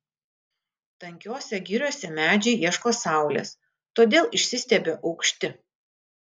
tankiose giriose medžiai ieško saulės todėl išsistiebia aukšti